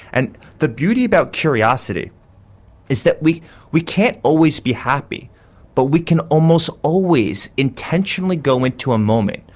and the beauty about curiosity is that we we can't always be happy but we can almost always intentionally go into a moment,